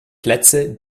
plätze